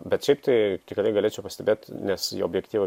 bet šiaip tai tikrai galėčiau pastebėt nes į objektyvą